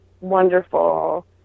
wonderful